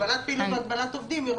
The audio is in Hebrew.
הגבלת פעילות והגבלת עובדים?